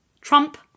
Trump